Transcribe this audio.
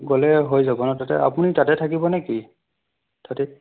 গ'লে হৈ যাব ন তাতে আপুনি তাতে থাকিব নেকি তাতে